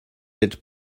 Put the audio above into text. êtes